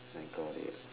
I got it